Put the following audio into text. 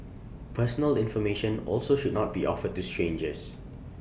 personal information also should not be offered to strangers